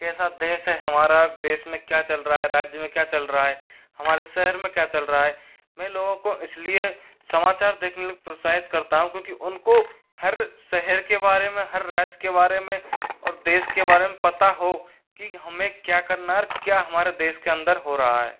कैसा देश है हमारा देश में क्या चल रहा है राज्य में क्या चल रहा है हमारे शहर में क्या चल रहा है मैं लोगों को इस लिए समाचार देखने के लिए प्रोसाहित करता हूँ क्योंकि उनको हर सहर के बारे में हर राज्य के बारे में और देश के बारे में पता हो कि हमें क्या करना है आर क्या हमारे देश के अंदर हो रहा है